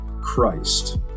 Christ